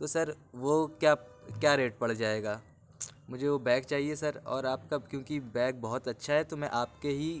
تو سر وہ کیا کیا ریٹ پڑ جائے گا مجھے وہ بیگ چاہیے سر اور آپ کا کیوں کہ بیگ بہت اچھا ہے تو میں آپ کے ہی